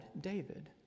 David